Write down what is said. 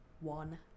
one